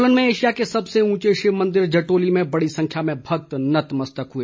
सोलन में एशिया के सबसे ऊंचे शिव मंदिर जटोली में बड़ी संख्या में भक्त नतमस्तक हुए